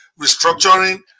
restructuring